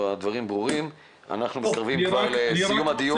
אנחנו מתקרבים לסיום הדיון.